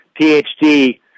PhD